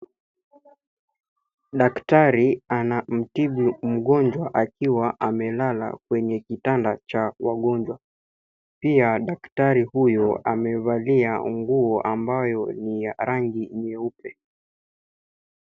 Daktari anamtibu mgonjwa akiwa amelala kwenye kitanda cha mgonjwa. Pia daktari huyo amevalia nguo ambayo ni ya rangi nyeupe.